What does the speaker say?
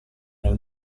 nel